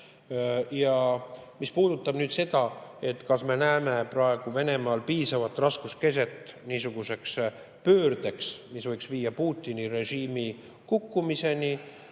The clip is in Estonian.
Ja mis puudutab seda, kas me näeme praegu Venemaal piisavat raskuskeset niisuguseks pöördeks, mis võiks viia Putini režiimi kukkumiseni,